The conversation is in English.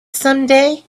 someday